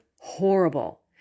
horrible